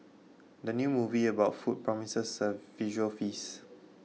the new movie about food promises a visual feast